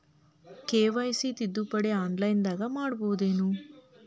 KYC ತಿದ್ದುಪಡಿ ಆನ್ಲೈನದಾಗ್ ಮಾಡ್ಬಹುದೇನು?